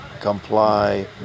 comply